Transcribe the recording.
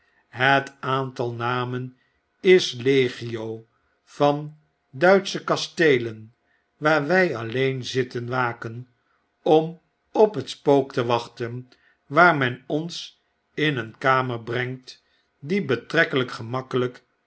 het aantal namenis legio vanduitschekasteelen waar wy alleen zitten waken om op het spook te wachten waar men ons in een kamer brengt die betrekkelyk gemakkelyk